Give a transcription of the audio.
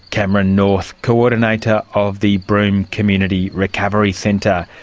cameron north, coordinator of the broome community recovery centre.